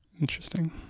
Interesting